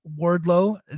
Wardlow